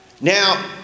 Now